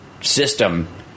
system